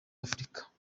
africa